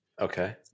Okay